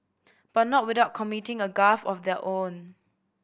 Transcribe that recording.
but not without committing a gaffe of their own